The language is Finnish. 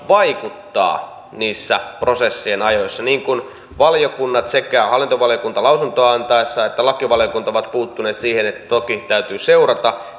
vaikuttaa niissä prosessien ajoissa niin kuin valiokunnat sekä hallintovaliokunta lausuntoa antaessaan että lakivaliokunta ovat puuttuneet siihen että toki täytyy seurata